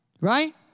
Right